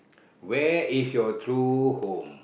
where is your true home